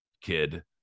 kid